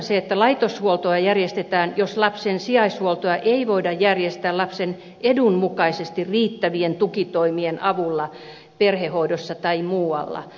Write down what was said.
laitoshuoltoa järjestetään jos lapsen sijaishuoltoa ei voida järjestää lapsen edun mukaisesti riittävien tukitoimien avulla perhehoidossa tai muualla